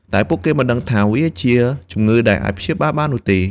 តែពួកគេមិនដឹងថាវាជា ជំងឺដែលអាចព្យាបាលបាននោះទេ។